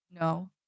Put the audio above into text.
no